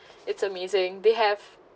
it's amazing they have